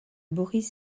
boris